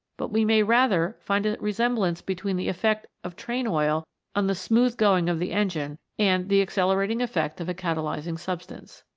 but we may rather find a resemblance between the effect of train-oil on the smooth going of the engine and the accelerating effect of a catalysing substance.